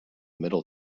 middle